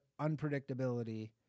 unpredictability